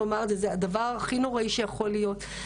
זה הדבר הכי נוראי שיכול להיות.